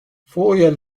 foje